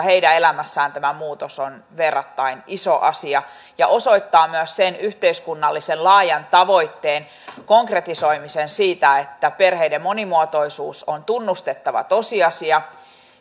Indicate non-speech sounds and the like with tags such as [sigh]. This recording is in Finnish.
[unintelligible] heidän elämässään tämä muutos on verrattain iso asia ja osoittaa myös sen yhteiskunnallisen laajan tavoitteen konkretisoimisen siitä että perheiden monimuotoisuus on tunnustettava tosiasia